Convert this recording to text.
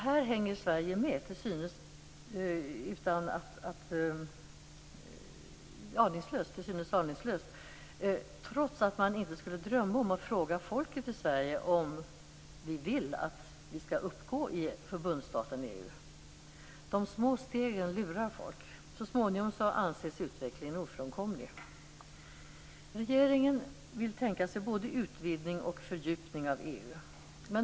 Här hänger Sverige med, till synes aningslöst, trots att man inte skulle drömma om att fråga folket i Sverige om det vill att Sverige skall uppgå i förbundsstaten EU. De små stegen lurar folk. Så småningom anses utvecklingen ofrånkomlig. Regeringen vill tänka sig både en utvidgning och en fördjupning av EU.